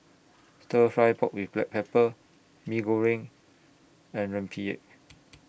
Stir Fry Pork with Black Pepper Mee Goreng and Rempeyek